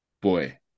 boy